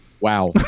Wow